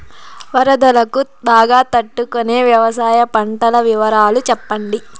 వరదలకు బాగా తట్టు కొనే వ్యవసాయ పంటల వివరాలు చెప్పండి?